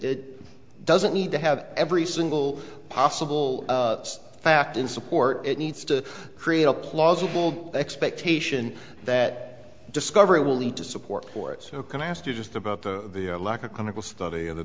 it doesn't need to have every single possible fact in support it needs to create a plausible expectation that discovery will lead to support for it so can i ask you just about the lack of clinical study of the